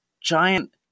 giant